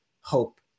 hope